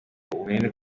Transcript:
ubunini